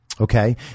Okay